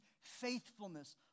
faithfulness